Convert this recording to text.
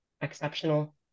Exceptional